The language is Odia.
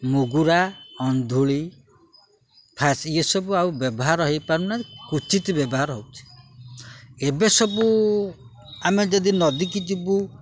ମୁଗୁରା ଅନ୍ଧୁଳି ଫାସି ଇସବୁ ଆଉ ବ୍ୟବହାର ହେଇପାରୁନାହିଁ କୁଚିତ ବ୍ୟବହାର ହଉଛିି ଏବେ ସବୁ ଆମେ ଯଦି ନଦୀକି ଯିବୁ